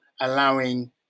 allowing